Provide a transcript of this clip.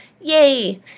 yay